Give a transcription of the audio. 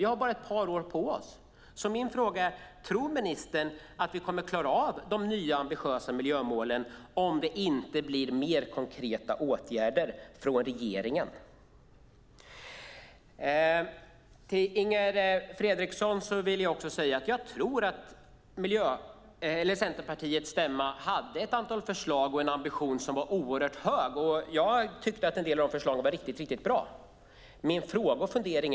Vi har bara ett par år på oss. Tror ministern att vi kommer att klara av de nya ambitiösa miljömålen om det inte blir fler konkreta åtgärder från regeringen? Centerpartiets stämma, Inger Fredriksson, hade ett antal förslag och en ambition som var hög. Jag tyckte att en del av förslagen var riktigt bra.